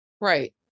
right